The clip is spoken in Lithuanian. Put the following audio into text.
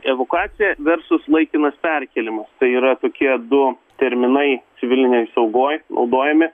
evakuacija versus laikinas perkėlimas tai yra tokie du terminai civilinėj saugoj naudojami